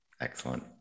Excellent